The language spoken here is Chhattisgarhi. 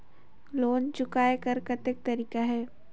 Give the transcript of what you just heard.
लोन चुकाय कर कतेक तरीका है?